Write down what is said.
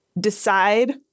decide